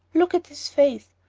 look at his face.